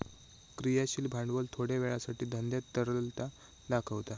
क्रियाशील भांडवल थोड्या वेळासाठी धंद्यात तरलता दाखवता